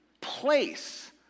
place